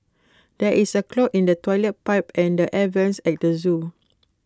there is A clog in the Toilet Pipe and the air Vents at the Zoo